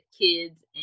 kids